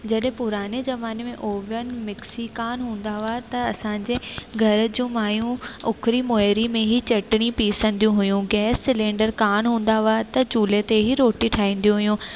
जॾहिं पुराने ज़माने में ओवन मिक्सी कोन हूंदा हुआ त असांजे घर जूं मायूं उखरी मोइरी में ई चटिणी पीसंदियूं हुयूं गैस सिलेंडर कोन हूंदा हुआ त चूल्हे ते ई रोटी ठाहिंदियूं हुयूं